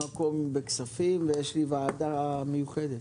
יש לי מקום בכספים ויש לי ועדה מיוחדת.